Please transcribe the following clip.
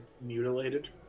mutilated